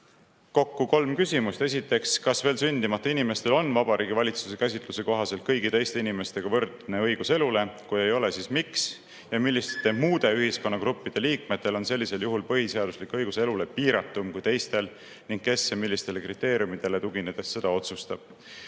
kokku kolm küsimust. Esiteks, kas veel sündimata inimestel on Vabariigi Valitsuse käsitluse kohaselt kõigi teiste inimestega võrdne õigus elule? Kui ei ole, siis miks? Milliste muude ühiskonnagruppide liikmete põhiseaduslik õigus elule on sellisel juhul piiratum kui teistel ning kes ja millistele kriteeriumidele tuginedes seda otsustab?